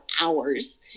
hours